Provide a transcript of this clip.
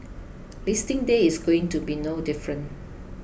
listing day is going to be no different